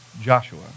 Joshua